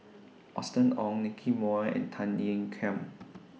Austen Ong Nicky Moey and Tan Ean Kiam